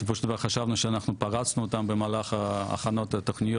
בסופו של דבר חשבנו שאנחנו פרצנו אותם במהלך הכנות התוכניות